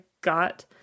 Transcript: got